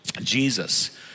Jesus